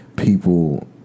people